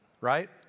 right